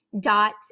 dot